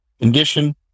Condition